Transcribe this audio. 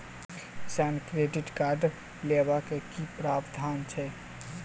किसान credit card लेबाक की प्रावधान छै?